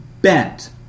bent